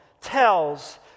tells